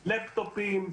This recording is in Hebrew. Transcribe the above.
לפטופים,